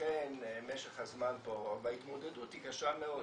לכן משך הזמן פה ארוך וההתמודדות היא קשה מאוד.